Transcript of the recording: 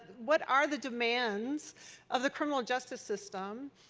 what are the demands of the criminal justice system.